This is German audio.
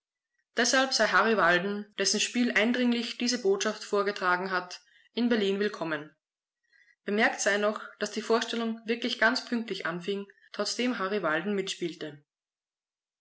deshalb sei harry walden dessen spiel eindringlich diese botschaft vorgetragen hat in berlin willkommen bemerkt sei noch daß die vorstellung wirklich ganz pünktlich anfing trotzdem harry walden mitspielte